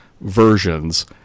versions